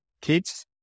kids